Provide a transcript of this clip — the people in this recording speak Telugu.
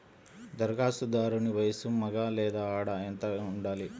ధరఖాస్తుదారుని వయస్సు మగ లేదా ఆడ ఎంత ఉండాలి?